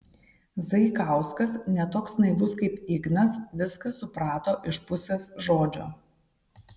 zaikauskas ne toks naivus kaip ignas viską suprato iš pusės žodžio